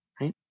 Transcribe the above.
right